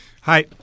Hi